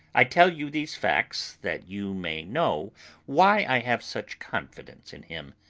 i tell you these facts that you may know why i have such confidence in him.